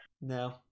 No